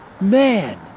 man